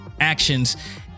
actions